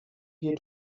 hier